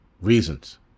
reasons